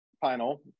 final